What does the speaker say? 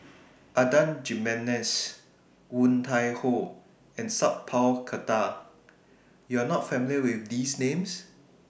Adan Jimenez Woon Tai Ho and Sat Pal Khattar YOU Are not familiar with These Names